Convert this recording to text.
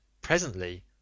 Presently